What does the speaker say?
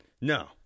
No